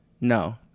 No